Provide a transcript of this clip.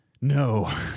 no